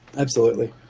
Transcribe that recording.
absolutely.